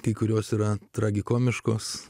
kai kurios yra tragikomiškos